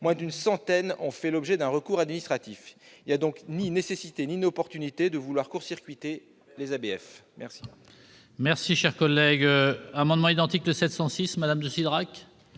moins d'une centaine ont fait l'objet d'un recours administratif. Il n'est donc ni nécessaire ni opportun de vouloir court-circuiter les ABF. La